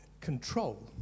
control